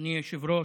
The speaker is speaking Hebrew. אדוני היושב-ראש,